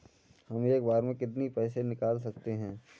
हम एक बार में कितनी पैसे निकाल सकते हैं?